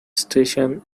station